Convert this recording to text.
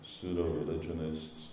pseudo-religionists